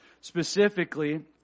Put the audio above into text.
Specifically